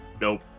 Nope